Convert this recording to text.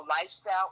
lifestyle